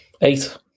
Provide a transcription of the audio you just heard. Eight